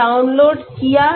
तो डाउनलोड किया जाता है